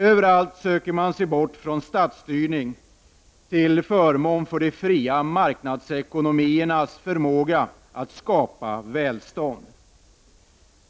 Överallt söker man sig bort från statsstyrning till den fria marknadsekonomins förmåga att skapa välstånd.